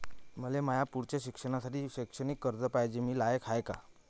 मले माया पुढच्या शिक्षणासाठी शैक्षणिक कर्ज पायजे, मी लायक हाय का?